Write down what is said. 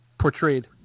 portrayed